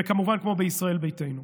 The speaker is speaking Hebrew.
וכמובן כמו בישראל ביתנו.